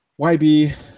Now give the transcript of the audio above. YB